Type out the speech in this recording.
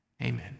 Amen